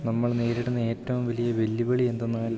നമ്മൾ നേരിടുന്ന ഏറ്റവും വലിയ വെല്ലുവിളി എന്തെന്നാൽ